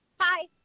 Hi